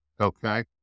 okay